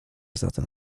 zatem